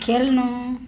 खेल्नु